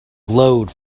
glowed